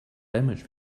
damage